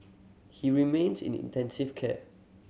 he remains in intensive care